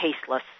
tasteless